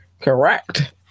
correct